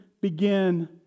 begin